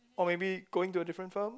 or maybe going to a different firm